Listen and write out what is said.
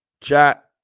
Chat